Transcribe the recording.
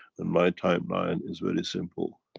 and my time line is very simple.